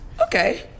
okay